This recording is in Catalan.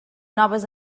noves